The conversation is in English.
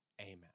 Amen